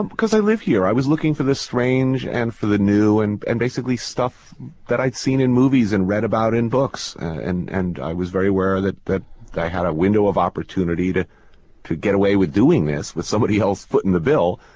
because i live here. i was looking for the strange and for the new, and and basically stuff that i'd seen in movies and read about in books. and and i was very aware that that i had a window of opportunity to to get away with doing this with somebody else footing the bill.